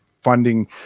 funding